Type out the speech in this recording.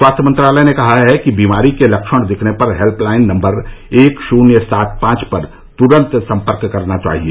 स्वास्थ्य मंत्रालय ने कहा है कि बीमारी के लक्षण दिखने पर हेल्पलाइन नंबर एक शुन्य सात पांच पर तुरन्त संपर्क करना चाहिए